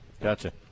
gotcha